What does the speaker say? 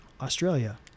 Australia